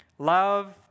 love